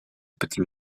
petit